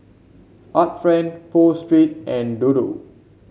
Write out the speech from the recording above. Art Friend Pho Street and Dodo